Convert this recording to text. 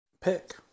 pick